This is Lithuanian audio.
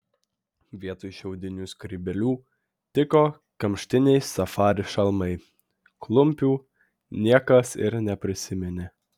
vietoj šiaudinių skrybėlių tiko kamštiniai safari šalmai klumpių niekas ir neprisiminė